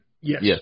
Yes